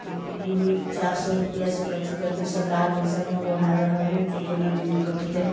तऽ बूढ़ चारि सए रूपआसँ कथि करतै सरकार पैसा नहि बढ़ा रहल हइ तऽ केना दिन कटतै